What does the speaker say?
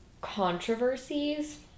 controversies